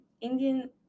Indian